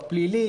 הפלילי,